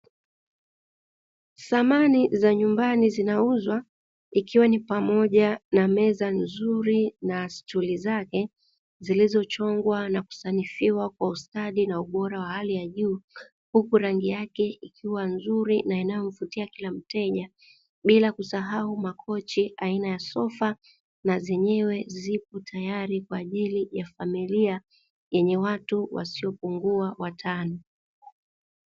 Samani za nyumbani zinauzwa ikiwa ni pamoja na meza nzuri na stuli zake zilizochongwa na kusanifiwa kwa ustadi na ubora wa hali ya juu, huku rangi yake ikiwa nzuri na inayomvutia kila mteja bila kusahau makochi aina ya sofa na zenyewe zipo tayari kwa ajili ya familia yenye watu wasiopungua watano.